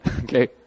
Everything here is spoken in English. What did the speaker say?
okay